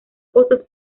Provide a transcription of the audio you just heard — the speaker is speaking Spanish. cosas